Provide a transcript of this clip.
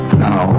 now